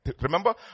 Remember